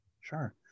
Sure